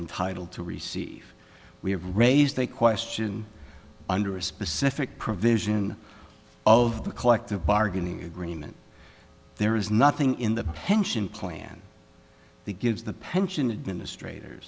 entitled to receive we have raised a question under a specific provision of the collective bargaining agreement there is nothing in the pension plan that gives the pension administrator